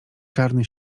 czarny